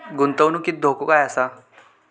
गुंतवणुकीत धोको आसा काय?